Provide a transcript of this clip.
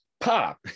pop